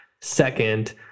Second